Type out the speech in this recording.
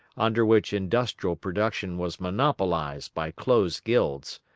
under which industrial production was monopolised by closed guilds,